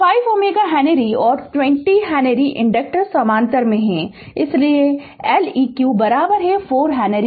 Refer Slide Time 0222 तो 5 Ω henry और 20 henry inductors समानांतर में हैं इसलिए Leq 4 हेनरी